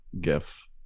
gif